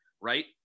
right